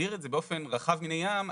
מגדיר את זה באופן רחב מני ים,